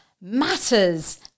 matters